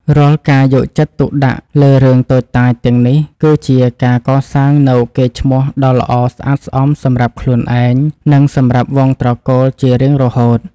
រាល់ការយកចិត្តទុកដាក់លើរឿងតូចតាចទាំងនេះគឺជាការកសាងនូវកេរ្តិ៍ឈ្មោះដ៏ល្អស្អាតស្អំសម្រាប់ខ្លួនឯង និង សម្រាប់វង្សត្រកូលជារៀងរហូត។